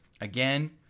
again